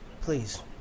Please